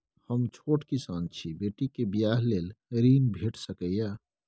हम छोट किसान छी, बेटी के बियाह लेल ऋण भेट सकै ये?